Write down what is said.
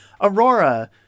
Aurora